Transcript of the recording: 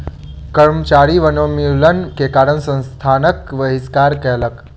कर्मचारी वनोन्मूलन के कारण संस्थानक बहिष्कार कयलक